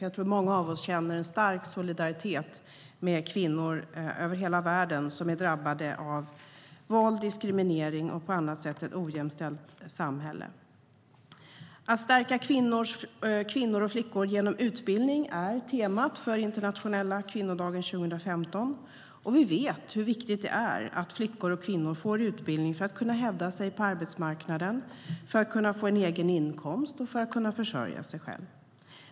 Jag tror att många av oss känner en stark solidaritet med kvinnor över hela världen som är drabbade av våld och diskriminering och av ett ojämställt samhälle på andra sätt. Att stärka kvinnor och flickor genom utbildning är temat för Internationella kvinnodagen 2015. Vi vet hur viktigt det är att flickor och kvinnor får utbildning för att kunna hävda sig på arbetsmarknaden och få en egen inkomst för att kunna försörja sig själva.